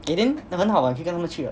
eh then then 很好 what 可以跟他们去 what